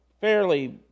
fairly